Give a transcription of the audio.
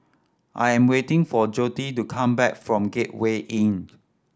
I am waiting for Jody to come back from Gateway Inn